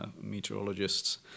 meteorologists